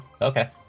Okay